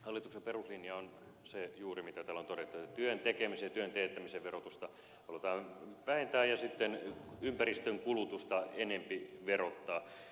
hallituksen peruslinja on se juuri mitä täällä on todettu että työn tekemisen ja työn teettämisen verotusta halutaan vähentää ja sitten ympäristön kulutusta enempi verottaa